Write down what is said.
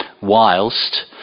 whilst